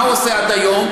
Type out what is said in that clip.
מה הוא עשה עד היום?